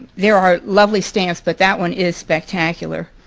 there are lovely stamps but that one is spectacular.